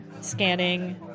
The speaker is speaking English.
scanning